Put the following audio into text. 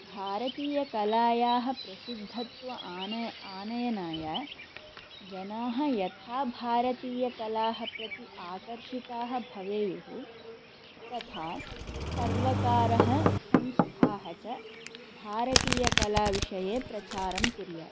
भारतीयकलायाः प्रसिद्धत्व आनय आनयनाय जनाः यथा भारतीयकलाः प्रति आकर्षिताः भवेयुः तथा सर्वकारः संस्थाः च भारतीयकलाविषये प्रचारं कुर्यात्